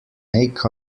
make